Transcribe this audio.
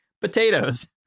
Potatoes